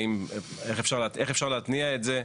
איך אפשר להתניע את זה?